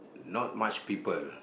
not much people